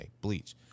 bleach